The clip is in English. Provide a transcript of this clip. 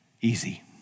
easy